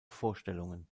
vorstellungen